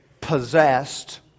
possessed